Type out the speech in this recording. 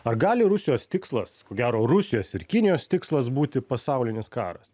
ar gali rusijos tikslas ko gero rusijos ir kinijos tikslas būti pasaulinis karas